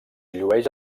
llueix